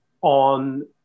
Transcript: on